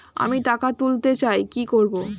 আমি টাকা তুলতে চাই কি করব?